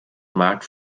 maart